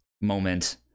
moment